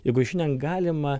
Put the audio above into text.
jeigu šiandien negalima